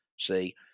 see